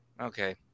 Okay